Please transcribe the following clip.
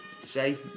say